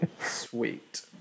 sweet